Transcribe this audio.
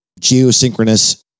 geosynchronous